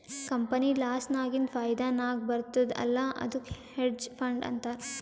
company loss ನಾಗಿಂದ್ ಫೈದಾ ನಾಗ್ ಬರ್ತುದ್ ಅಲ್ಲಾ ಅದ್ದುಕ್ ಹೆಡ್ಜ್ ಫಂಡ್ ಅಂತಾರ್